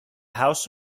house